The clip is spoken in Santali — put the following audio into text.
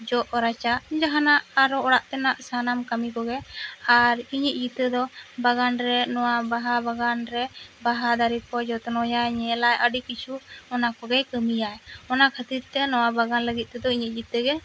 ᱡᱚᱜ ᱨᱟᱪᱟ ᱡᱟᱦᱟᱱᱟᱜ ᱟᱨᱚ ᱚᱲᱟᱜ ᱛᱮᱱᱟᱜ ᱥᱟᱱᱟᱢ ᱠᱟᱹᱢᱤ ᱠᱚᱜᱮ ᱟᱨ ᱤᱧᱟᱹᱜ ᱡᱤᱛᱟᱹ ᱫᱚ ᱵᱟᱜᱟᱱ ᱨᱮ ᱱᱚᱣᱟ ᱵᱟᱦᱟ ᱵᱟᱜᱟᱱ ᱨᱮ ᱵᱟᱦᱟ ᱫᱟᱨᱮ ᱠᱚ ᱡᱚᱛᱱᱚᱭᱟ ᱧᱮᱞᱟᱭ ᱟᱹᱰᱤ ᱠᱤᱪᱷᱩ ᱚᱱᱟ ᱠᱚ ᱜᱮ ᱠᱟᱹᱢᱤᱭᱟᱭ ᱚᱱᱟᱜ ᱠᱷᱟᱹᱛᱤᱨ ᱛᱮ ᱱᱚᱣᱟ ᱵᱟᱜᱟᱱ ᱞᱟᱹᱜᱤᱫ ᱛᱮᱫᱚ ᱤᱧᱤᱜ ᱡᱤᱛᱟᱹ ᱜᱮ